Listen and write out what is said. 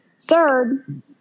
Third